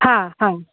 हा हा